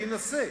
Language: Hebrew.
להינשא.